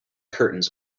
curtains